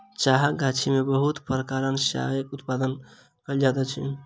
चाहक गाछी में बहुत प्रकारक चायक उत्पादन कयल जाइत अछि